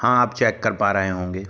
हाँ आप चेक कर पा रहे होंगे